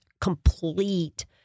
complete